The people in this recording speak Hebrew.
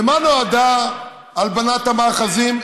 למה נועדה הלבנת המאחזים?